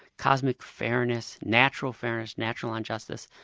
cosmic fairness, natural fairness, natural injustice.